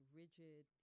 rigid